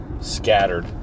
scattered